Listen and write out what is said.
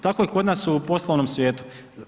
Tako i kod nasu poslovnom svijetu.